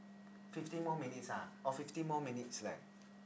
fifteen more minutes ah oh fifteen more minutes leh